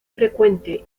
frecuente